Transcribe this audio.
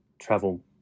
travel